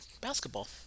basketball